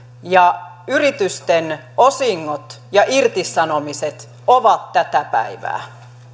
ja yritysten osingot ja irtisanomiset ovat tätä päivää sitten